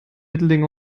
mittelding